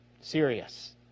Serious